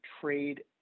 trade